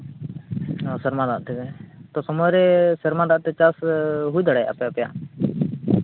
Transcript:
ᱚᱻ ᱥᱮᱨᱢᱟ ᱫᱟᱜ ᱛᱮᱜᱮ ᱛᱳ ᱥᱚᱢᱚᱭ ᱨᱮ ᱥᱮᱨᱢᱟ ᱫᱟᱜ ᱛᱮ ᱪᱟᱥ ᱦᱩᱭ ᱫᱟᱲᱮᱭᱟᱜᱼᱟ ᱟᱯᱮᱭᱟᱜ